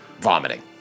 Vomiting